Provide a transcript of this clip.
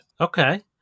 Okay